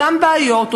אותן בעיות,